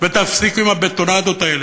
ותפסיקו עם הבטונדות האלה,